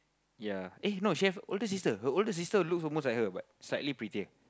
ya eh no she have older sister her older sister looks almost like her but slightly prettier